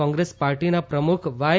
કોંગ્રેસ પાર્ટીના પ્રમુખ વાય